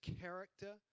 character